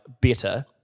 better